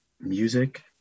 music